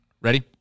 Ready